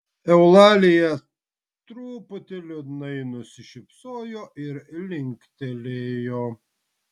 eulalija truputį liūdnai nusišypsojo ir linktelėjo